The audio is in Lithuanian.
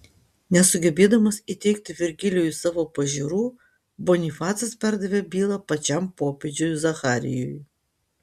nesugebėdamas įteigti virgilijui savo pažiūrų bonifacas perdavė bylą pačiam popiežiui zacharijui